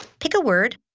pick a word,